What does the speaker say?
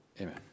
Amen